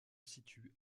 situe